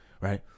right